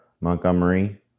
Montgomery